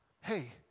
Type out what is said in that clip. hey